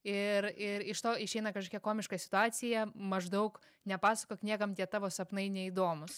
ir ir iš to išeina kažkokia komiška situacija maždaug nepasakok niekam tie tavo sapnai neįdomūs